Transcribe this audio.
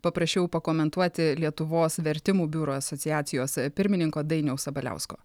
paprašiau pakomentuoti lietuvos vertimų biurų asociacijos pirmininko dainiaus sabaliausko